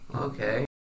Okay